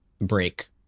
break